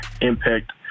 impact